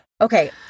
Okay